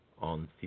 on